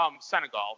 Senegal